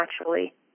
naturally